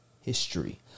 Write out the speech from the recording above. history